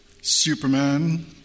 Superman